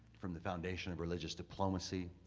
from the foundation of religious diplomacy,